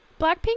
blackpink